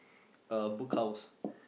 uh Book House